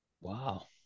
Wow